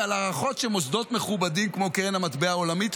ועל הערכות שמוסדות מכובדים כמו קרן המטבע העולמית,